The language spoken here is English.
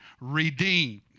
redeemed